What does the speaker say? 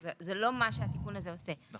זה לא מה שהתיקון הזה עושה,